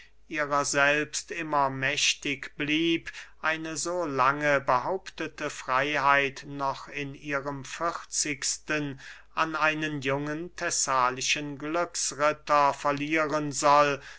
ihrer selbst immer mächtig blieb eine so lange behauptete freyheit noch in ihrem vierzigsten an einen jungen thessalischen glücksritter verlieren soll